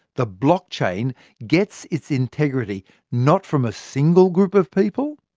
the blockchain gets its integrity not from a single group of people,